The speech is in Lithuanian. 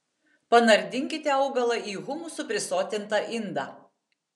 panardinkite augalą į humusu prisotintą indą